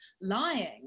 lying